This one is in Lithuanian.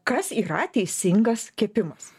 kas yra teisingas kepimas